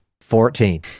Fourteen